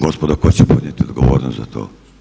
Gospodo, tko će podnijeti odgovornost za to?